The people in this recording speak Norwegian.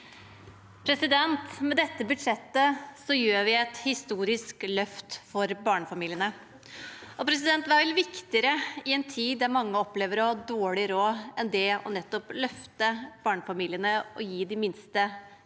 Med dette budsjettet gjør vi et historisk løft for barnefamiliene. Og hva er vel viktigere i en tid der mange opplever å ha dårlig råd, enn nettopp det å løfte barnefamiliene og gi de minste